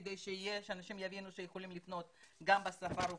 כדי שאנשים יבינו שהם יכולים לפנות גם בשפה הרוסית.